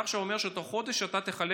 ועכשיו אתה אומר שתוך חודש אתה תחלק